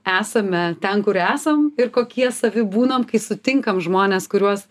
esame ten kur esam ir kokie savi būnam kai sutinkam žmones kuriuos